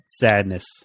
sadness